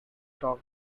dog